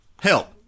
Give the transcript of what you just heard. help